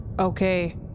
Okay